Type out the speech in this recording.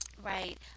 right